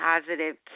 positive